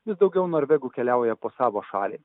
vis daugiau norvegų keliauja po savo šalį